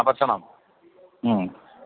ആ ഭക്ഷണം മ്മ്